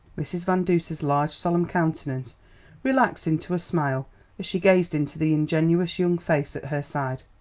mrs. van duser's large solemn countenance relaxed into a smile as she gazed into the ingenuous young face at her side.